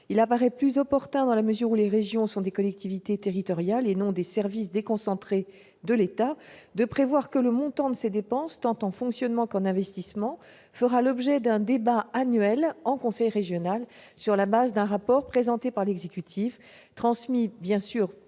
il paraît opportun, dans la mesure où les régions sont des collectivités territoriales et non des services déconcentrés de l'État, de prévoir que le montant de ces dépenses, tant en fonctionnement qu'en investissement, fera l'objet d'un débat annuel en conseil régional, sur le fondement d'un rapport présenté par l'exécutif et transmis pour